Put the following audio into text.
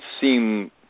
seem